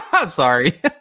Sorry